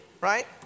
right